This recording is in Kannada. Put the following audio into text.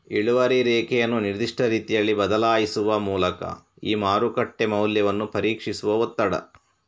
ಇಳುವರಿ ರೇಖೆಯನ್ನು ನಿರ್ದಿಷ್ಟ ರೀತಿಯಲ್ಲಿ ಬದಲಾಯಿಸುವ ಮೂಲಕ ಈ ಮಾರುಕಟ್ಟೆ ಮೌಲ್ಯವನ್ನು ಪರೀಕ್ಷಿಸುವ ಒತ್ತಡ